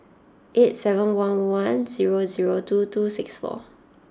eight seven one one zero zero two two six four